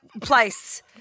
place